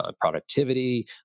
productivity